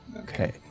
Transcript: Okay